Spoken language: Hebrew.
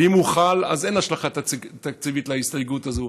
ואם הוא חל אז אין השלכה תקציבית להסתייגות הזאת.